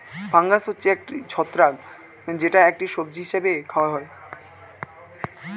fungus হচ্ছে ছত্রাক যেটা একটি সবজি হিসেবে খাওয়া হয়